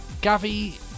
Gavi